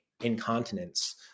incontinence